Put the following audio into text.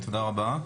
תודה רבה.